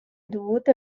dovute